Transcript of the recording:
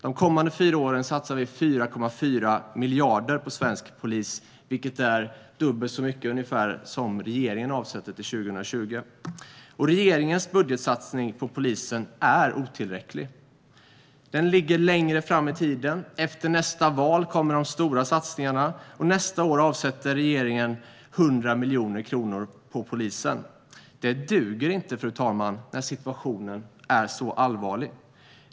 De kommande fyra åren satsar vi 4,4 miljarder på svensk polis, vilket är ungefär dubbelt så mycket som regeringen avsätter till 2020. Regeringens budgetsatsning på polisen är otillräcklig. Den ligger längre fram i tiden. Efter nästa val kommer de stora satsningarna. Nästa år avsätter regeringen 100 miljoner kronor på polisen. Det duger inte, fru talman, när situationen är så allvarlig.